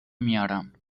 میارم